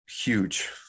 huge